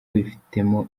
wifitemo